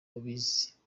babizi